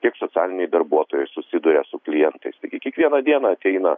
tiek socialiniai darbuotojai susiduria su klientais taigi kiekvieną dieną ateina